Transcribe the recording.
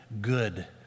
good